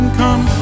come